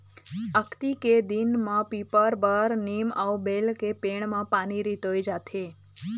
अक्ती के दिन म पीपर, बर, नीम अउ बेल के पेड़ म पानी रितोय जाथे